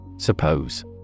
Suppose